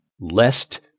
lest